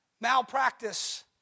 malpractice